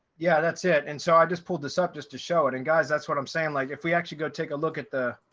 yeah, that's it. and so i just pulled this up just to show it and guys, that's what i'm saying. like if we actually go take a look at the